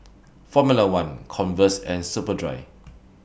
Formula one Converse and Superdry